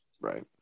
Right